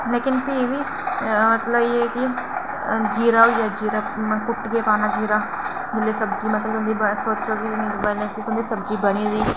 मतलब भी बी एह् मतलब जीरा होइया जीरा मतलब कुट्टियै पाना जीरा सब्जी जेल्लै गली जंदी सब्जी बनी दी